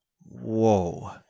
whoa